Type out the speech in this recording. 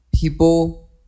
People